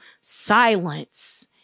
silence